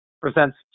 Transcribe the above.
presents